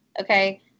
okay